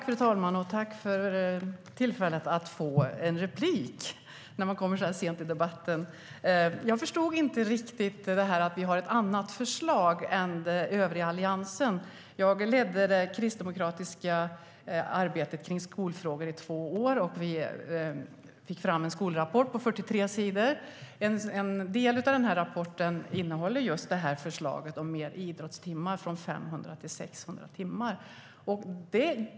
Fru talman! Tack för tillfället att få en replik när man kommer in så sent i debatten. Jag förstod inte riktigt att vi skulle ha ett annat förslag än övriga Alliansen. Jag ledde det kristdemokratiska arbetet runt skolfrågor i två år, och vi fick fram en skolrapport på 43 sidor. En del av rapporten innehåller förslaget om mer idrottstimmar från 500 till 600 timmar.